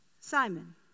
Simon